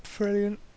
Brilliant